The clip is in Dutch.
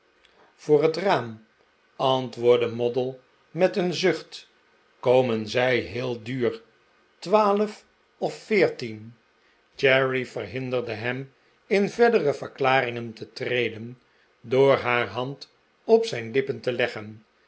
voor het raam antwoordde moddle met een zucht komen zij heel duur twaalf of veertien cherry verhinderde hem in verdere verklaringen te treden door haar hand op zijn lippen te leggen